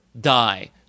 die